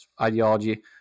ideology